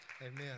Amen